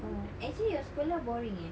oh actually your sekolah boring eh